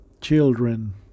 children